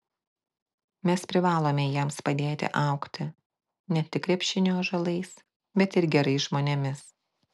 mes privalome jiems padėti augti ne tik krepšinio ąžuolais bet ir gerais žmonėmis